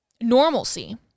normalcy